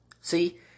See